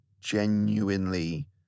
genuinely